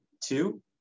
Two